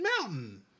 mountain